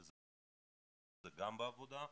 שזה גם בעבודה,